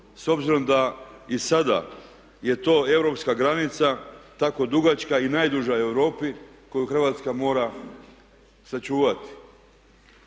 S obzirom da i sada je to europska granica tako dugačka i najduža u Europi koju Hrvatska mora sačuvati.